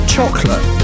Chocolate